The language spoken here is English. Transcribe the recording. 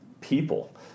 people